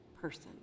person